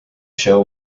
show